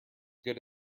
good